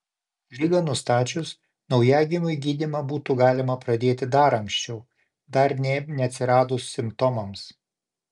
ligą nustačius naujagimiui gydymą būtų galima pradėti dar anksčiau dar nė neatsiradus simptomams